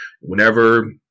whenever